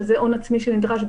וזה הון עצמי שנדרש,